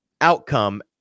outcome